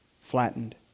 flattened